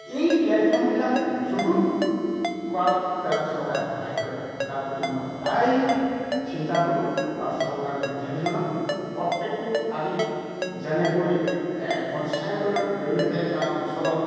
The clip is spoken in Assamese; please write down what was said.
এই প্লেটফৰ্মবিলাক যুগুত কৰাত যাতে চৰকাৰে সহায় কৰে তাৰ প্ৰতি মই সদায় চিন্তা কৰোঁ আৰু চৰকাৰক মই দাবী জনাওঁ প্ৰত্যেকটো আজি যেনেকৈ পঞ্চায়তৰ জৰিয়তে এটা অঞ্চলত